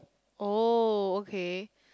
oh okay